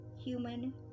human